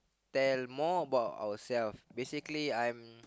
tell more about our self basically I'm